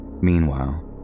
Meanwhile